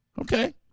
Okay